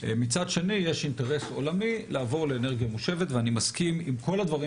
מצד שני יש אינטרס עולמי לעבור לאנרגיה מושבת ואני מסכים עם כל הדברים